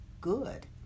good